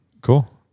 Cool